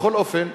בכל אופן,